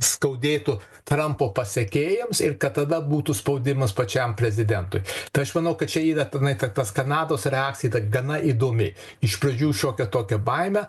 skaudėtų trampo pasekėjams ir kad tada būtų spaudimas pačiam prezidentui tai aš manau kad čia yra tenai ta tas kanados reakcija gana įdomi iš pradžių šiokia tokia baime